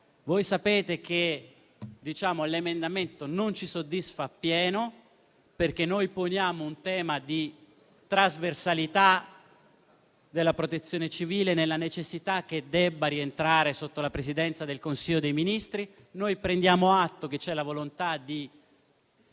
anche che l'emendamento non ci soddisfa appieno, perché poniamo un tema di trasversalità della Protezione civile, nella necessità che rientri sotto la Presidenza del Consiglio dei ministri. Prendiamo atto che c'è la volontà di